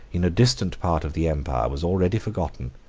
in a distant part of the empire, was already forgotten.